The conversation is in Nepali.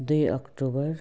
दुई अक्टुबर